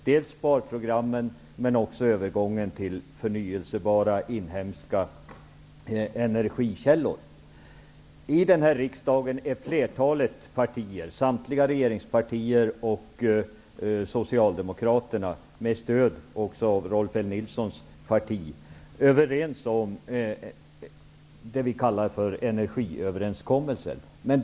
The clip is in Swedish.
Det gäller såväl sparprogrammen som övergången till inhemska förnyelsebara energikällor. I den här riksdagen är flertalet partier -- samtliga regeringspartier och Socialdemokraterna med stöd av Rolf L Nilsons parti -- överens om det vi kallar för energiöverenskommelsen.